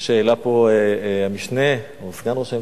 שהעלה פה המשנה או סגן ראש הממשלה,